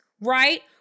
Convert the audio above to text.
right